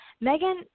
Megan